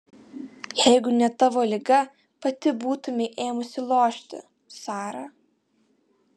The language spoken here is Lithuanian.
jeigu ne tavo liga pati būtumei ėmusi lošti sara